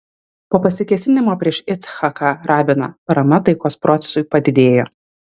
po pasikėsinimo prieš icchaką rabiną parama taikos procesui padidėjo